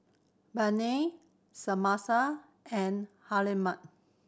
Bynum and Hjalmer